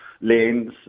lanes